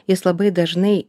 jis labai dažnai